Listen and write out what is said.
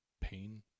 pain